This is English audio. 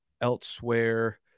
elsewhere